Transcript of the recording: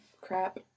crap